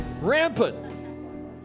rampant